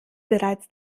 bereits